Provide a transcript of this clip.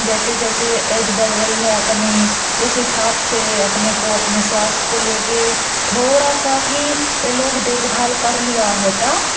जैसे जैसे एज़ बढ़ रही है अपनी उस हिसाब से अपने को अपने स्वास्थ्य को लेकर थोड़ा सा भी यह लोग देखभाल कर लिया होता